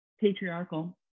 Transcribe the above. patriarchal